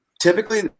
typically